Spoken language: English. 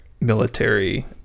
military